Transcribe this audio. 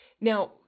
Now